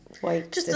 white